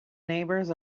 neighbors